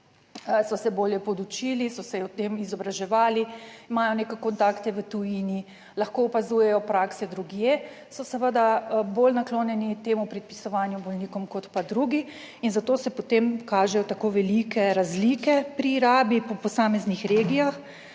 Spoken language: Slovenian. so se bolje podučili, so se o tem izobraževali, imajo neke kontakte v tujini, lahko opazujejo prakse drugje, so seveda bolj naklonjeni temu predpisovanju bolnikom, kot pa drugi in zato se potem kažejo tako velike razlike pri rabi po posameznih regijah.